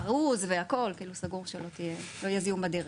ארוז והכל, סגור כדי שלא יהיה זיהום בדרך.